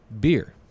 beer